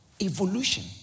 evolution